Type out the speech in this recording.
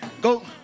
go